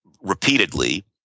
repeatedly